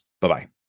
Bye-bye